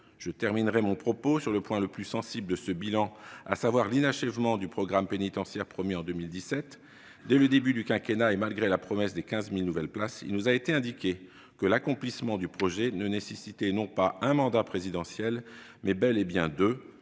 Je terminerai mon propos sur le point le plus sensible de ce bilan, à savoir l'inachèvement du programme pénitentiaire promis en 2017. Dès le début du quinquennat, malgré la promesse de 15 000 nouvelles places de prison, il nous a été indiqué que l'accomplissement du projet ne nécessitait non pas un mandat présidentiel, mais bel et bien deux.